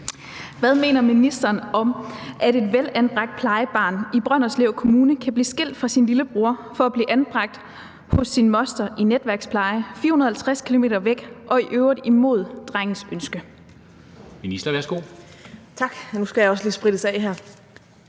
Hvad mener ministeren om at et velanbragt plejebarn i Brønderslev Kommune kan blive skilt fra sin lillebror for at blive anbragt hos sin moster i netværkspleje 450 km væk og i øvrigt imod drengens ønske?